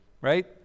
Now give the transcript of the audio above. right